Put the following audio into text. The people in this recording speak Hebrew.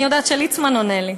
אני יודעת שליצמן עונה לי.